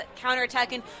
counterattacking